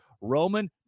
Roman